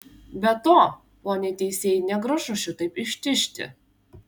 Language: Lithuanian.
be to poniai teisėjai negražu šitaip ištižti